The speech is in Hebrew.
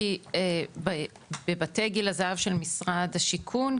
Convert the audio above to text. כי בבתי גיל הזהב של משרד השיכון,